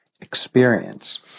experience